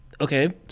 okay